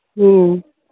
ᱦᱮᱸ